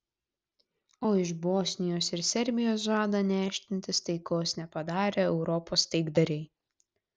o iš bosnijos ir serbijos žada nešdintis taikos nepadarę europos taikdariai